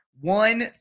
one